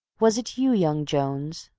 was it you, young jones,